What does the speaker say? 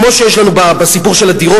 כמו שיש לנו בסיפור של הדירות?